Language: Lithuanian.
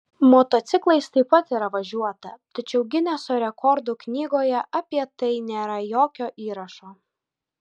motociklais taip pat yra važiuota tačiau gineso rekordų knygoje apie tai nėra jokio įrašo